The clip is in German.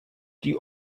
die